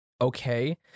okay